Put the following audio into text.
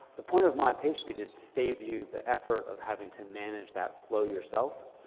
the point of mod pagespeed is to save you the effort of having to manage that flow yourself.